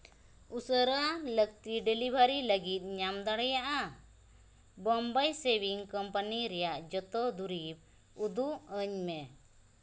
ᱩᱥᱟᱹᱨᱟ ᱞᱟᱹᱠᱛᱤ ᱰᱮᱞᱤᱵᱷᱟᱨᱤ ᱞᱟᱹᱜᱤᱫ ᱧᱟᱢ ᱫᱟᱲᱮᱭᱟᱜᱼᱟ ᱵᱳᱢᱵᱟᱭ ᱥᱮᱵᱷᱤᱝ ᱠᱳᱢᱯᱟᱱᱤ ᱨᱮᱭᱟᱜ ᱡᱚᱛᱚ ᱫᱩᱨᱤᱵᱽ ᱩᱫᱩᱜ ᱟᱹᱧᱢᱮ